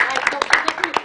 אנחנו נמצאות פה כמעט שלוש שנים